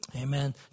Amen